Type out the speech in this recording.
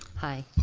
hi.